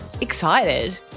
excited